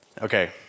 okay